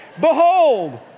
Behold